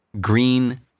green